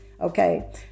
Okay